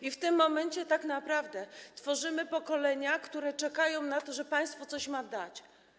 I w tym momencie tak naprawdę tworzymy pokolenia, które czekają na to, że państwo ma im coś dać.